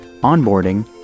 onboarding